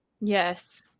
Yes